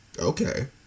Okay